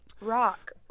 Rock